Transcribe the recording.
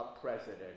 President